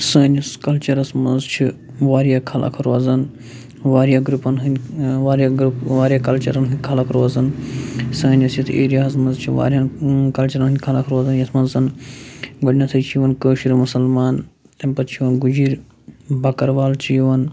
سٲنِس کَلچَرَس منٛز چھِ واریاہ خلق روزَن واریاہ گرُپَن ہٕنٛدۍ واریاہ گرُپ واریاہ کَلچَرَن ہٕنٛدۍ خلق روزان سٲنِس یَتھ ایریاہَس منٛز چھِ واریاہَن کَلچَرَن ہٕنٛدۍ خلق روزان یَتھ منٛز زَن گۄڈنٮ۪تھٕے چھِ یِوَان کٲشِر مُسلمان تمہِ پَتہٕ چھِ یِوَان گُجِر بَکَروال چھِ یِوَان